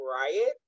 riot